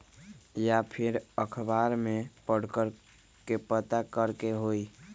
या फिर अखबार में पढ़कर के पता करे के होई?